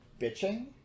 bitching